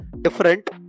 different